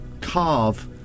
carve